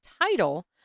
title